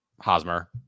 Hosmer